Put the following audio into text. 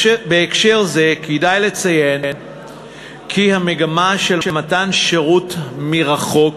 בהקשר זה כדאי לציין כי המגמה של מתן שירות מרחוק